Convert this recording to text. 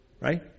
Right